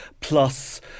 plus